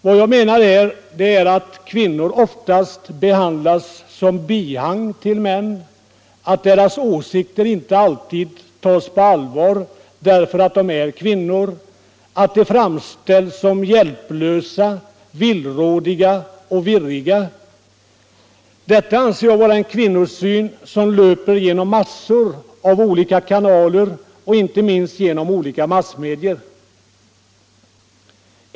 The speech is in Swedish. Vad jag menar är att kvinnor oftast behandlas som bihang till män, att deras åsikter inte alltid tas på allvar därför att de är kvinnor, att de framställs som hjälplösa, villrådiga och virriga. Detta anser jag vara en kvinnosyn som löper genom en mängd olika kanaler, inte minst genom olika massmedier.